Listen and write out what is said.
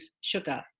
sugar